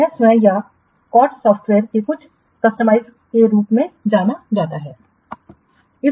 तो यह स्वयं या COTS सॉफ़्टवेयर के कुछ कस्टमाइज के रूप में जाना जाता है